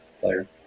player